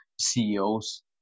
ceos